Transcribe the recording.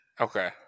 Okay